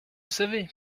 savez